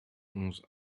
onze